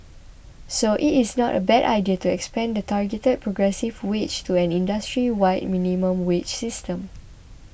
so it is not a bad idea to expand the targeted progressive wage to an industry wide minimum wage system